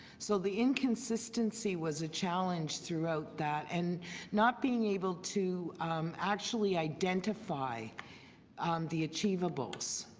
so the inconsistency was a challenge throughout that and not being able to actually identify the achievables.